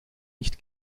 nicht